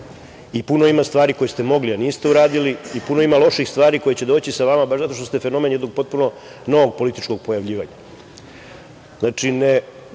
i puno ima stvari koje ste mogli a niste uradili i puno ima loših stvari koje će doći sa vama, baš zato što ste fenomen jednog potpuno novog političkog pojavljivanja. Znači,